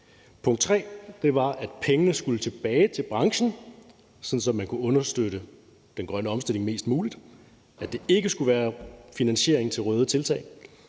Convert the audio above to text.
Punkt 3 var, at pengene skulle tilbage til branchen, sådan at man kunne understøtte den grønne omstilling mest muligt, og at der ikke skulle være tale om finansiering af røde tiltag.